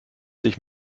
sich